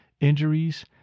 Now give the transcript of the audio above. Injuries